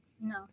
no